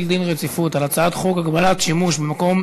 דין רציפות על הצעת חוק הגבלת שימוש במקום